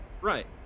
right